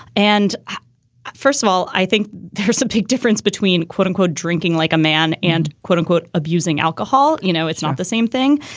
and first of all, i think there's a big difference between, quote unquote, drinking like a man and quote unquote, abusing alcohol. you know, it's not the same thing.